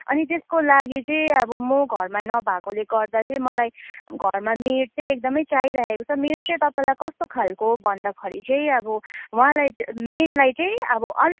अनि त्यसको लागि चाहिँ अब म घरमा नभएकोले गर्दा चाहिँ मलाई घरमा मेड चाहिँ एकदमै चाहिँ राखेको छ मेड चाहिँ तपाईँलाई कस्तो खालको भन्दाखेरि चाहिँ अब उहाँलाई मेडलाई चाहिँ अब